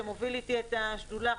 שמוביל איתי את השדולה,